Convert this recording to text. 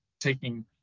taking